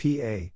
PA